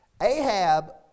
Ahab